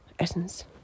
Essence